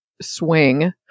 swing